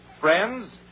friends